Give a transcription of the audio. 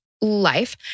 life